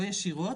לא ישירות,